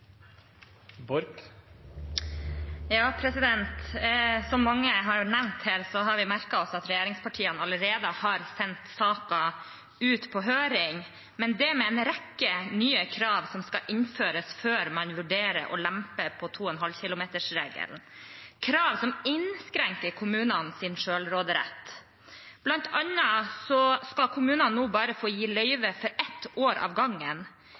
Som mange har nevnt, har vi merket oss at regjeringen allerede har sendt saken ut på høring, men med en rekke nye krav som skal innføres før man vurderer å lempe på 2,5 km-regelen – krav som innskrenker kommunenes selvråderett. Blant annet skal kommunene få gi løyve for bare ett år av gangen.